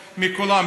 מכולם,